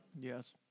Yes